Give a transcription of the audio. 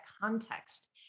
context